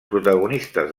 protagonistes